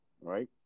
right